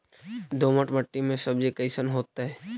दोमट मट्टी में सब्जी कैसन होतै?